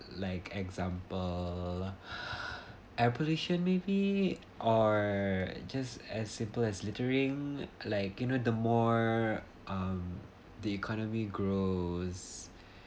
like example enemies like the environment just trying to live and then economic growth is just attacking it like air pollution maybe or just as simple as littering like you know the more um the economy grows